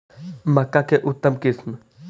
मक्का के उतम किस्म?